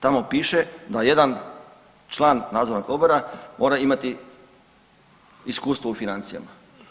Tamo piše da jedan član nadzornog odbora mora imati iskustva u financijama.